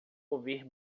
ouvir